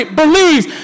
believes